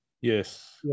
Yes